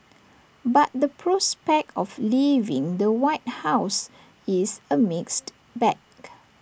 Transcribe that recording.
but the prospect of leaving the white house is A mixed bag